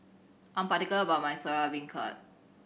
I'm particular about my Soya Beancurd